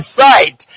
sight